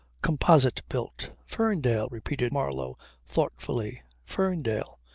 composite built. ferndale, repeated marlow thoughtfully. ferndale.